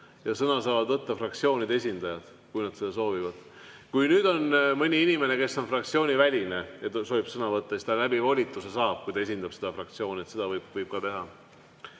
Sõna saavad võtta fraktsioonide esindajad, kui nad seda soovivad. Kui on mõni inimene, kes on fraktsiooniväline ja soovib sõna võtta, siis ta saab seda teha volituse kaudu, kui ta esindab seda fraktsiooni. Seda võib teha.